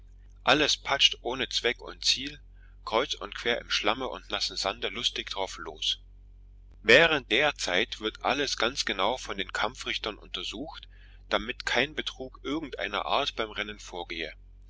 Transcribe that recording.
alles patscht ohne zweck und ziel die kreuz und quer im schlamme und nassen sande lustig darauf los während der zeit wird alles ganz genau von den kampfrichtern untersucht damit kein betrug irgendeiner art beim rennen vorgehe